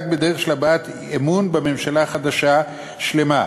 בדרך של הבעת אמון בממשלה חדשה שלמה.